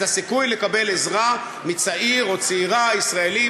את הסיכוי לקבל עזרה מצעיר או צעירה ישראלים,